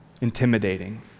intimidating